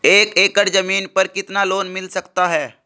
एक एकड़ जमीन पर कितना लोन मिल सकता है?